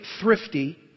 thrifty